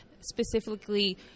specifically